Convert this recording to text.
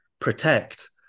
protect